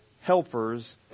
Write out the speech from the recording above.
helpers